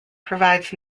provides